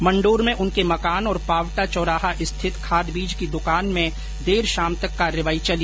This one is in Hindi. मण्डोर में उनके मकान व पावटा चौराहा स्थित खाद बीज की दुकान में देर शाम तक कार्रवाई चली